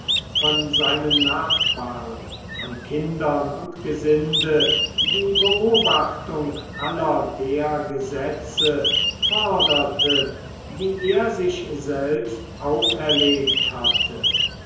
von seinen nachbarn von kindern und gesinde die beobachtung aller der gesetze forderte die er sich selbst auferlegt hatte